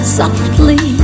softly